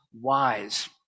wise